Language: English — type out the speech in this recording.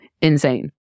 insane